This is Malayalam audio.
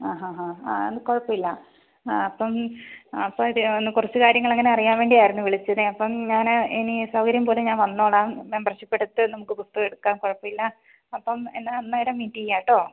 ആ ഹാ ഹാ ആ അത് കുഴപ്പമില്ല അപ്പം അപ്പം കുറച്ചു കാര്യങ്ങൾ അങ്ങനെ അറിയാൻ വേണ്ടിയായിരുന്നു വിളിച്ചത് അപ്പം ഞാൻ എനിക്ക് സൗകര്യം പോലെ ഞാൻ വന്നോളാം മെമ്പർഷിപ്പെടുത്ത് നമുക്ക് പുസ്തകം എടുക്കാം കുഴപ്പമില്ല അപ്പം എന്നാൽ അന്നേരം മീറ്റ് ചെയ്യാം കേട്ടോ